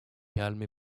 calme